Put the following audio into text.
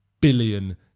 billion